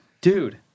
dude